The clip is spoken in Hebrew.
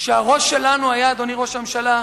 כשהראש שלנו היה, אדוני ראש הממשלה,